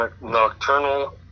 nocturnal